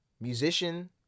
musician